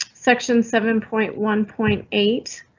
section seven, point one point eight.